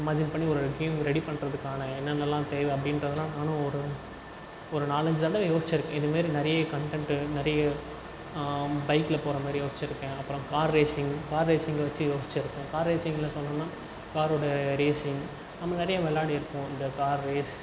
imagine பண்ணி ஒரு game ready பண்ணுறதுக்கான என்னென்னலாம் தேவை அப்படின்றதுலாம் நானும் ஒரு ஒரு நாலஞ்சு தடவை யோசிச்சிருக்கேன் இதுமாதிரி நிறைய கன்டென்டு நியை பைகில் போகிற மாதிரி யோசிச்கிருக்கேன் அப்புறம் கார் ரேஸிங் கார் ரேஸிங்கில் வச்சி யோசிச்சிருக்கேன் கார் ரேஸிங்கில் சொன்னனா காரோடய ரேஸிங் நம்ம நிறைய விளையாடிருப்போம் இந்த கார் ரேஸ்